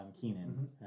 Keenan